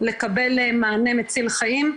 לקבל מענה מציל חיים,